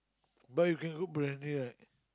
but you can cook Briyani right